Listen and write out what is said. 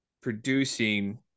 producing